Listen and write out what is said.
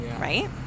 right